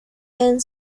and